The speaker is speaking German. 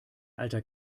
alter